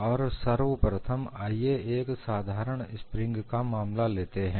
और सर्वप्रथम आइए एक साधारण स्प्रिंग का मामला लेते हैं